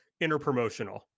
interpromotional